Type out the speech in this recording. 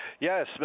Yes